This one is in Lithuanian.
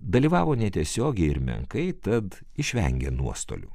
dalyvavo netiesiogiai ir menkai tad išvengė nuostolių